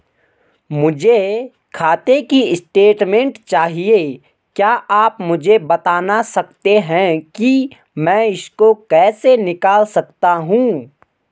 मुझे खाते की स्टेटमेंट चाहिए क्या आप मुझे बताना सकते हैं कि मैं इसको कैसे निकाल सकता हूँ?